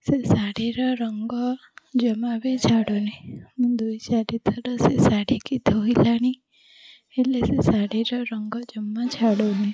ସେ ଶାଢ଼ୀର ରଙ୍ଗ ଜମା ବି ଛାଡ଼ୁନି ମୁଁ ଦୁଇ ଚାରିଥର ସେ ଶାଢ଼ୀକି ଧୋଇଲାଣି ହେଲେ ସେ ଶାଢ଼ୀର ରଙ୍ଗ ଜମା ଛାଡ଼ୁନି